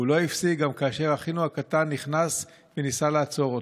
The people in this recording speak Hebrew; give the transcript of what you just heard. הוא לא הפסיק גם כאשר אחינו הקטן נכנס וניסה לעצור אותו.